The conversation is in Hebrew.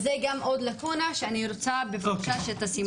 אז זו גם עוד לקונה שאני רוצה בבקשה שתשימו לב אליה.